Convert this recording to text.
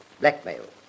blackmail